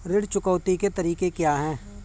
ऋण चुकौती के तरीके क्या हैं?